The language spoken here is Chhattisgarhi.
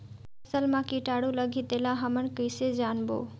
फसल मा कीटाणु लगही तेला हमन कइसे जानबो?